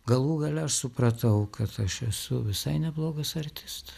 galų gale aš supratau kad aš esu visai neblogas artistas